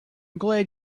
glad